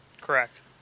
Correct